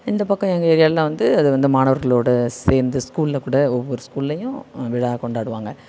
இந்த பக்கம் எங்கள் ஏரியாலெல்லாம் வந்து அது வந்து மாணவர்களோடு சேர்ந்து ஸ்கூலில் கூட ஒவ்வொரு ஸ்கூல்லேயும் விழா கொண்டாடுவாங்க